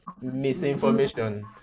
misinformation